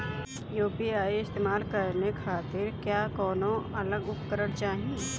UPI इस्तेमाल करने खातिर क्या कौनो अलग उपकरण चाहीं?